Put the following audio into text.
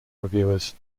reviewers